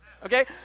okay